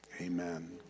Amen